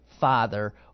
father